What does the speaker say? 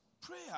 prayer